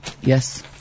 Yes